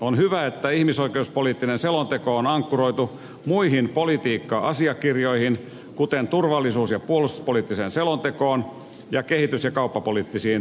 on hyvä että ihmisoikeuspoliittinen selonteko on ankkuroitu muihin politiikka asiakirjoihin kuten turvallisuus ja puolustuspoliittiseen selontekoon ja kehitys ja kauppapoliittisiin ohjelmiin